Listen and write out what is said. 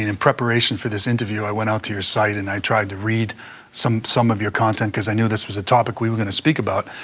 in preparation for this interview, i went out to your site and i tried to read some some of your content, because i know this was a topic we were going to speak about.